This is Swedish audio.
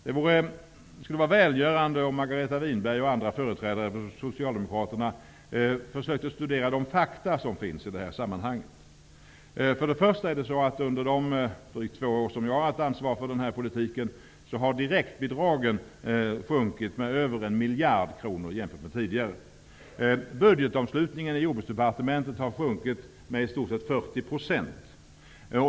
Det skulle vara välgörande om Margareta Winberg och andra företrädare för Socialdemokraterna försökte studera de fakta som finns i sammanhanget. Under de drygt två år som jag har haft ansvar för den här politiken har direktbidragen sjunkit med över 1 miljard kronor. Budgetomslutningen i Jordbruksdepartementet har sjunkit med i stort sett 40 %.